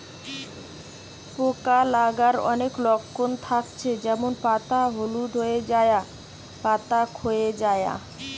পোকা লাগার অনেক লক্ষণ থাকছে যেমন পাতা হলুদ হয়ে যায়া, পাতা খোয়ে যায়া